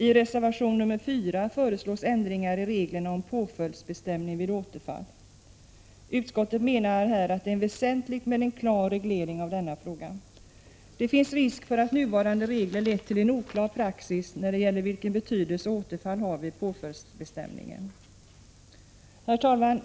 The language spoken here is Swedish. I reservation nr 4 föreslås ändringar i reglerna om påföljdsbestämning vid återfall. Utskottet menar här att det är väsentligt med en klar reglering av denna fråga. Det finns risk för att nuvarande regler lett till en oklar praxis när det gäller vilken betydelse återfall har vid påföljdsbestämningen. Herr talman!